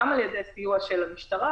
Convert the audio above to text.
גם על-ידי סיוע של המשטרה